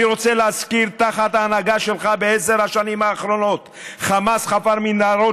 אני רוצה להזכיר: תחת ההנהגה שלך בעשר השנים האחרונות חמאס חפר מנהרות,